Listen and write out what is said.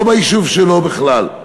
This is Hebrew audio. לא ביישוב שלו בכלל.